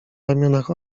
ramionach